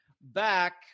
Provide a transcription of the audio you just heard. back